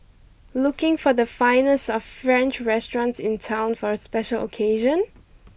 looking for the finest of French restaurants in town for a special occasion